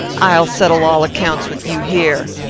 i'll settle all accounts with you here.